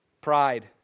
Pride